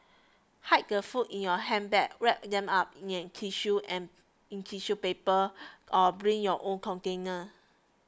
hide the food in your handbag wrap them up in an tissue and in tissue paper or bring your own container